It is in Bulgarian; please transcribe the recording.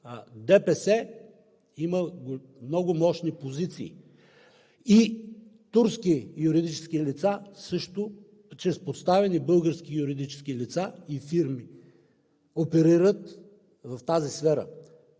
ДПС има много мощни позиции, и турски юридически лица също чрез подставени български юридически лица и фирми оперират в тази сфера.